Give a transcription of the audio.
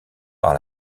par